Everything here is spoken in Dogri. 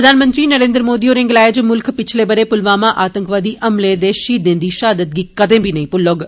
प्रधानमंत्री नरेन्द्र मोदी होरें गलाया जे मुल्ख पिच्छले बरे पुलवामा आतंकवादी हमले दे शहीदें दी शहादत गी कदें बी नेंई भुल्लौग